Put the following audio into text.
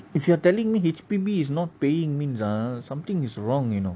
if you are telling me H_P_B is not paying means ah something is wrong you know